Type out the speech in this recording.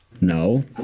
No